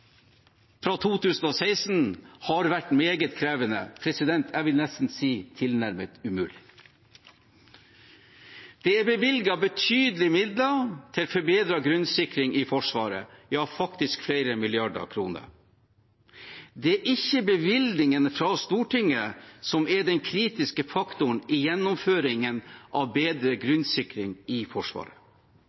fra 2016 har vært meget krevende – jeg vil nesten si tilnærmet umulig. Det er bevilget betydelige midler til forbedret grunnsikring i Forsvaret, ja, faktisk flere milliarder kroner. Det er ikke bevilgningene fra Stortinget som er den kritiske faktoren i gjennomføringen av bedre grunnsikring i Forsvaret